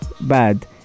bad